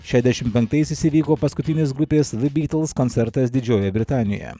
šedešim penktaisiais įvyko paskutinis grupės de bytls koncertas didžiojoje britanijoje